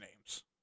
names